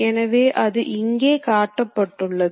எனவே Z செங்குத்து திசையாக இருக்கும்